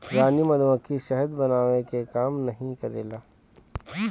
रानी मधुमक्खी शहद बनावे के काम नाही करेले